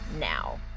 now